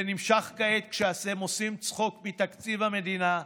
זה נמשך כעת, כאשר אתם עושים צחוק מתקציב המדינה,